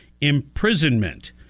imprisonment